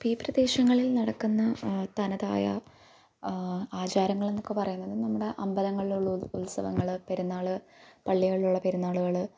ഇപ്പോൾ ഈ പ്രദേശങ്ങളിൽ നടക്കുന്ന തനതായ ആചാരങ്ങൾ എന്നൊക്കെ പറയുന്നത് നമ്മുടെ അമ്പലങ്ങളിലുള്ള ഉത്സവങ്ങൾ പെരുന്നാൾ പള്ളികളിലുള്ള പെരുന്നാളുകൾ